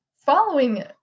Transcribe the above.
Following